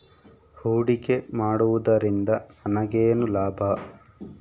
ಹೂಡಿಕೆ ಮಾಡುವುದರಿಂದ ನನಗೇನು ಲಾಭ?